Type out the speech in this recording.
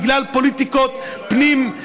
בגלל פוליטיקות פנים,